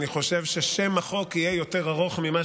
אני חושב ששם החוק יהיה יותר ארוך ממה